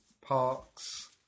Parks